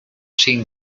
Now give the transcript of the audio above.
sin